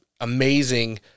amazing